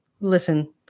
Listen